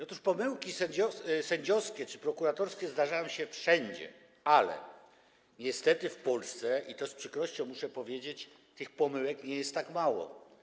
Otóż pomyłki sędziowskie czy prokuratorskie zdarzają się wszędzie, ale niestety w Polsce, co muszę z przykrością powiedzieć, tych pomyłek nie jest tak mało.